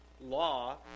law